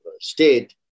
state